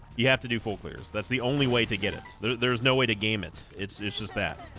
you have to do full clears that's the only way to get it there's no way to game it it's it's just that